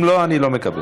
אם לא, אני לא מקבל.